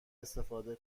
استفاده